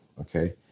okay